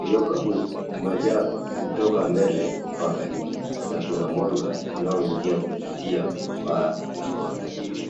Uyoga huu umejaa kutoka mbele mpaka nyuma na kuna mwanga unaoingia kupitia paa la banda hili.